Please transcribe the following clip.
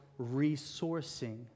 resourcing